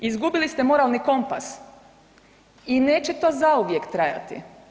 Izgubili ste moralni kompas i neće to zauvijek trajati.